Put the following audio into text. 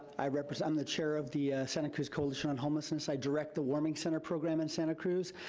i represent, i'm the chair of the santa cruz coalition on homelessness. i direct the warming center program in santa cruz.